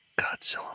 Godzilla